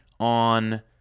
on